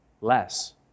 less